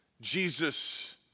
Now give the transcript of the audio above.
Jesus